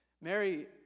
Mary